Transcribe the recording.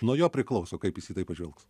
nuo jo priklauso kaip jis į tai žvelgs